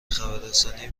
خبررسانی